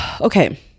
Okay